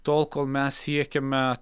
tol kol mes siekiame